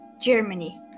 Germany